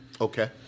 Okay